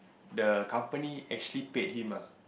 the company actually paid him ah